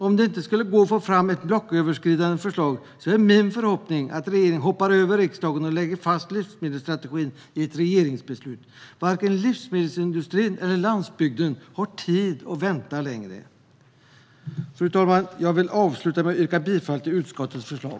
Om det inte skulle gå att få fram ett blocköverskridande förslag är min förhoppning att regeringen hoppar över riksdagen och lägger fast livsmedelsstrategin i ett regeringsbeslut. Varken livsmedelsindustrin eller landsbygden har tid att vänta längre. Fru talman! Jag vill avsluta med att yrka bifall till utskottets förslag.